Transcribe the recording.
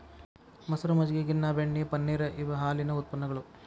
ಮಸರ, ಮಜ್ಜಗಿ, ಗಿನ್ನಾ, ಬೆಣ್ಣಿ, ಪನ್ನೇರ ಇವ ಹಾಲಿನ ಉತ್ಪನ್ನಗಳು